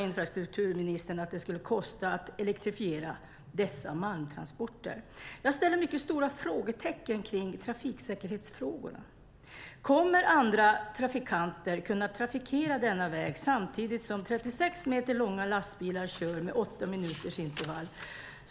Infrastrukturministern sade att det skulle kosta 1 miljard att elektrifiera dessa malmtransporter. Jag ställer mycket stora frågetecken kring trafiksäkerhetsfrågorna. Kommer andra trafikanter att kunna trafikera denna väg samtidigt som 36 meter långa lastbilar kör med åtta minuters intervall?